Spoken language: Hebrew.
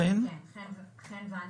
חן וונדרסמן,